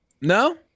No